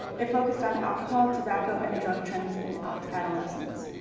it focused on alcohol, tobacco and drug trends in ah adolescence.